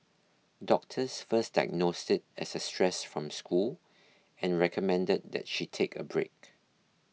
doctors first diagnosed it as a stress from school and recommended that she take a break